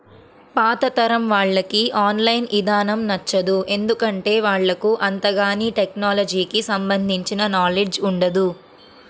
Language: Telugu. పాతతరం వాళ్లకి ఆన్ లైన్ ఇదానం నచ్చదు, ఎందుకంటే వాళ్లకు అంతగాని టెక్నలజీకి సంబంధించిన నాలెడ్జ్ ఉండదు